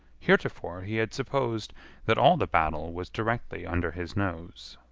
heretofore he had supposed that all the battle was directly under his nose.